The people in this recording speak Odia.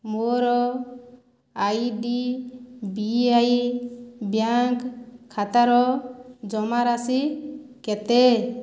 ମୋର I D B I bank ଖାତାର ଜମାରାଶି କେତେ